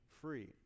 free